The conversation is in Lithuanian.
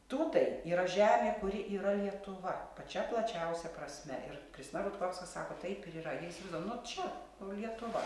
tutaj yra žemė kuri yra lietuva pačia plačiausia prasme ir kristina rutkovska sako sako taip ir yra jie įsivaizduoja nu čia kur lietuva